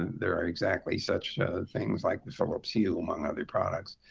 there are exactly such things like the philips hue, among other products.